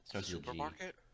Supermarket